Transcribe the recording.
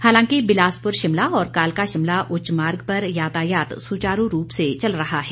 हालांकि बिलासपुर शिमला और कालका शिमला उच्चमार्ग पर यातायात सुचारू रूप से चल रहा है